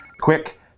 quick